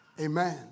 Amen